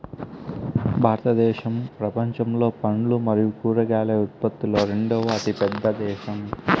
భారతదేశం ప్రపంచంలో పండ్లు మరియు కూరగాయల ఉత్పత్తిలో రెండవ అతిపెద్ద దేశం